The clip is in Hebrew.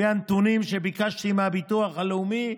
לפי הנתונים שביקשתי מהביטוח הלאומי,